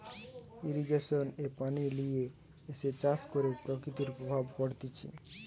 irrigation এ পানি লিয়ে এসে চাষ করে প্রকৃতির প্রভাব পড়তিছে